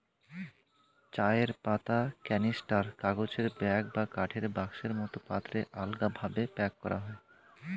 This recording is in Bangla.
চায়ের পাতা ক্যানিস্টার, কাগজের ব্যাগ বা কাঠের বাক্সের মতো পাত্রে আলগাভাবে প্যাক করা হয়